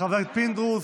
חבר הכנסת פינדרוס,